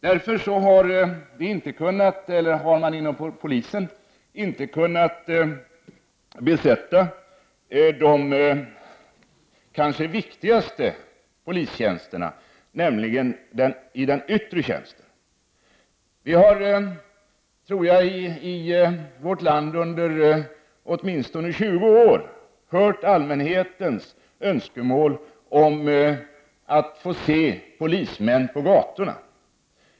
Därför har polisen inte kunnat besätta en del av de kanske viktigaste polistjänsterna, närmare bestämt några som avser yttre tjänst. Vi har i vårt land under åtminstone 20 år hört allmänhetens önskemål om att få se polismän på gatorna.